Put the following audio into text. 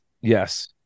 Yes